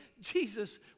Jesus